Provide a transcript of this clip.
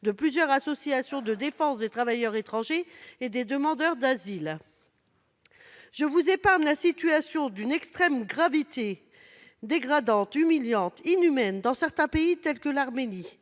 de plusieurs associations de défense des travailleurs étrangers et des demandeurs d'asile. Je vous épargne la situation, d'une extrême gravité, dégradante, humiliante, inhumaine, dans certains pays tels que l'Arménie,